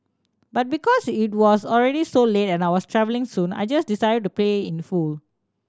but because it was already so late and I was travelling soon I just decided to pay in full